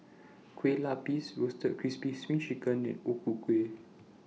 Kueh Lupis Roasted Crispy SPRING Chicken and O Ku Kueh